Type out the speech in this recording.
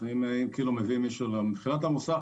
מבחינת המוסך,